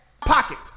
Pocket